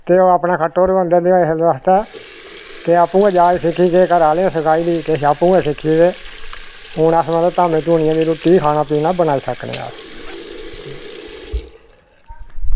ते ओह् अपनी खट्टें पर गै होंदे ते इस आस्तै ते आपूं गै जाच सिक्खी ते किश घरें आह्लें सखाई दी ते किश आपूं गै सिक्खी ते हून अस मतलब धामें धुनियै दी बी रुट्टी खाना पीना बनाई सकने आं